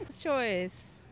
Choice